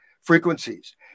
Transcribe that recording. frequencies